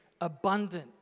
abundant